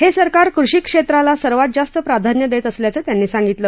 हसिरकार कृषी क्षम्प्रिला सर्वात जास्त प्राधान्य दक्षिअसल्याचं त्यांनी सांगितलं